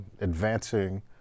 advancing